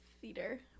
theater